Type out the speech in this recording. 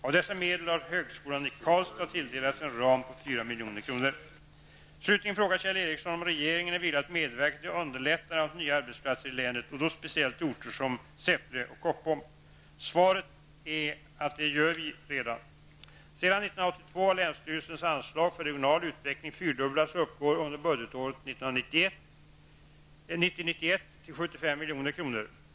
Av dessa medel har högskolan i Karlstad tilldelats en ram på 4 Slutligen frågar Kjell Ericsson om regeringen är villig att medverka till underlättandet av nya arbetsplatser i länet och då speciellt i orter som Säffle och Koppom. Svaret är att det gör vi redan. Sedan 1982 har länsstyrelsens anslag för regional utveckling fyrdubblats och uppgår under budgetåret 1990/91 till 75 milj.kr.